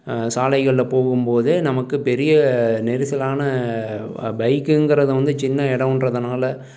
சாலைகளில் போகும்போதே நமக்கு பெரிய நெரிசலான பைக்குங்கிறத வந்து சின்ன எடன்றதுனால